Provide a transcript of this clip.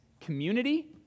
community